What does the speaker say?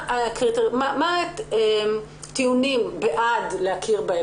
מה הטיעונים בעד להכיר בהן